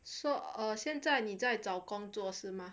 so uh 现在你在找工作是吗